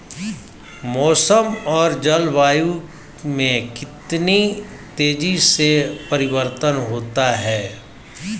मौसम और जलवायु में कितनी तेजी से परिवर्तन होता है?